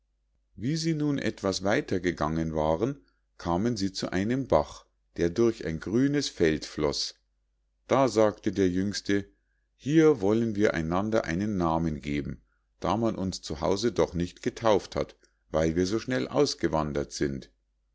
wie sie nun etwas weiter gegangen waren kamen sie zu einem bach der durch ein grünes feld floß da sagte der jüngste hier wollen wir einander einen namen geben da man uns zu hause doch nicht getauft hat weil wir so schnell ausgewandert sind